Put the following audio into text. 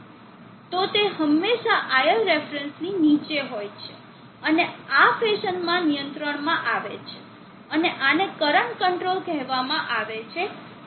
તો તે હંમેશાં iLref ની નીચે હોય છે અને આ ફેશનમાં નિયંત્રણમાં આવે છે અને આને કરંટ કંટ્રોલ કહેવામાં આવે છે